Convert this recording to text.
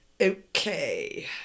Okay